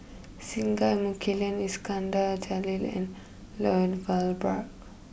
Singai Mukilan Iskandar Jalil and Lloyd Valberg